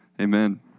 Amen